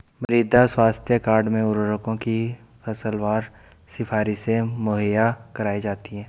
मृदा स्वास्थ्य कार्ड में उर्वरकों की फसलवार सिफारिशें मुहैया कराई जाती है